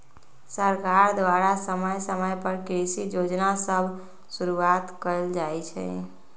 सरकार द्वारा समय समय पर कृषि जोजना सभ शुरुआत कएल जाइ छइ